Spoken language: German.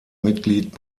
mitglied